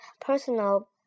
personal